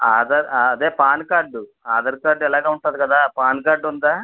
ఆధా అదే PAN card Aadhaar card ఎలాగో ఉంటుంది కదా పాన్ కార్డు ఉందా